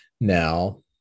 Now